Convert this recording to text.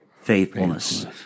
faithfulness